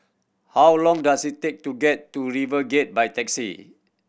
how long does it take to get to RiverGate by taxi